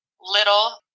little